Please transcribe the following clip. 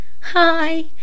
Hi